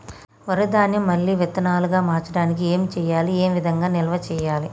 వరి ధాన్యము మళ్ళీ విత్తనాలు గా మార్చడానికి ఏం చేయాలి ఏ విధంగా నిల్వ చేయాలి?